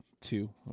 two